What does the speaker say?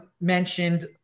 mentioned